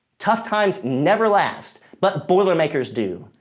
tough times never last, but boilermakers do.